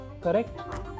Correct